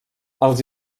els